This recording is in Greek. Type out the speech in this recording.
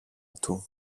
του